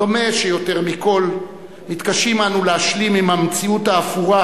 דומה שיותר מכול מתקשים אנו להשלים עם המציאות האפורה,